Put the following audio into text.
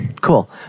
Cool